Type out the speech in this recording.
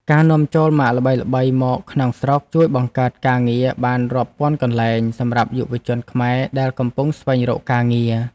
ការនាំចូលម៉ាកល្បីៗមកក្នុងស្រុកជួយបង្កើតការងារបានរាប់ពាន់កន្លែងសម្រាប់យុវជនខ្មែរដែលកំពុងស្វែងរកការងារ។